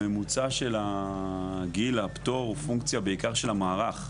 הממוצע של גיל הפטור הוא פונקציה בעיקר של המערך.